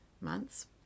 months